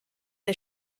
der